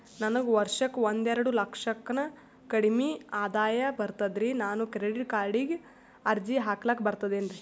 ನನಗ ವರ್ಷಕ್ಕ ಒಂದೆರಡು ಲಕ್ಷಕ್ಕನ ಕಡಿಮಿ ಆದಾಯ ಬರ್ತದ್ರಿ ನಾನು ಕ್ರೆಡಿಟ್ ಕಾರ್ಡೀಗ ಅರ್ಜಿ ಹಾಕ್ಲಕ ಬರ್ತದೇನ್ರಿ?